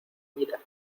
mira